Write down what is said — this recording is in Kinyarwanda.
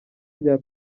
rya